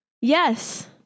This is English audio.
Yes